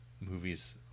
movies